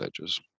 edges